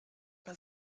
bei